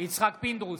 יצחק פינדרוס,